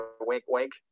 wink-wink